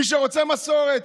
במי שרוצה מסורת,